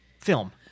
film